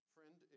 Friend